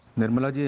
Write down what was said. nirmala, yeah